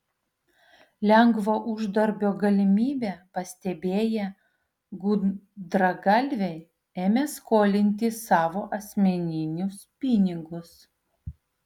lengvo uždarbio galimybę pastebėję gudragalviai ėmė skolinti savo asmeninius pinigus